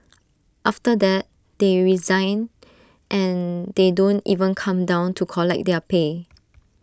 after that they resign and they don't even come down to collect their pay